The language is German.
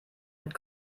mit